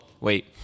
wait